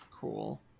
Cool